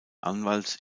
anwalts